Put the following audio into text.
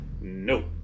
no